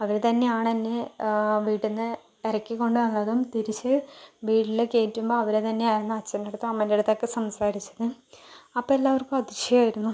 അവർ തന്നെയാണ് എന്നെ വീട്ടിൽ നിന്ന് ഇറക്കിക്കൊണ്ട് വന്നതും തിരിച്ച് വീട്ടിലേക്ക് കയറ്റുമ്പോൾ അവർ തന്നെ ആയിരുന്നു അച്ഛൻ്റെയടുത്തും അമ്മയുടെ അടുത്തൊക്കെ സംസാരിച്ചതും അപ്പം എല്ലാവർക്കും അതിശയമായിരുന്നു